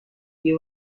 the